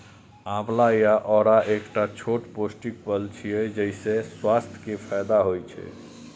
आंवला या औरा एकटा छोट पौष्टिक फल छियै, जइसे स्वास्थ्य के फायदा होइ छै